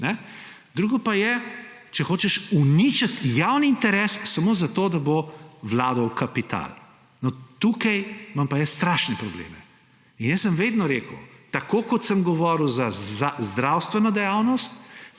Drugo pa je, če hočeš uničiti javni interes samo zato, da bo vladal kapital. No, tukaj imam pa jaz strašne probleme. Jaz sem vedno rekel, tako kot sem govoril za zdravstveno dejavnost,